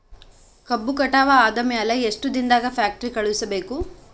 ಕಬ್ಬು ಕಟಾವ ಆದ ಮ್ಯಾಲೆ ಎಷ್ಟು ದಿನದಾಗ ಫ್ಯಾಕ್ಟರಿ ಕಳುಹಿಸಬೇಕು?